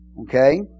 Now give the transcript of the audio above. Okay